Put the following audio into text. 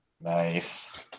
Nice